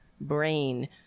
brain